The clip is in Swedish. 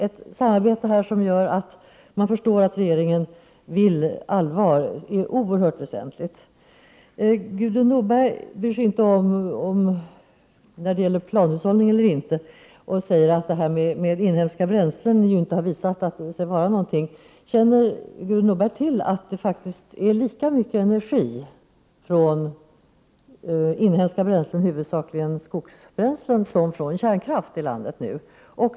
Ett samarbete som gör att man förstår att regeringen vill allvar är oerhört väsentligt. Gudrun Norberg bryr sig inte om huruvida det gäller planhushållning eller inte och säger att det här med inhemska bränslen inte har visat sig vara någonting. Känner Gudrun Norberg till att det faktiskt används lika mycket energi från inhemska bränslen, huvudsakligen skogsbränslen, som från kärnkraft i landet nu?